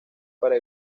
para